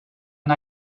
and